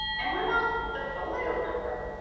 and what about the folio number?